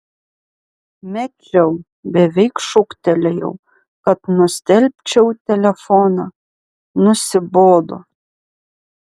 mečiau beveik šūktelėjau kad nustelbčiau telefoną nusibodo